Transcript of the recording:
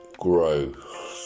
Grow